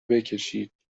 بکشید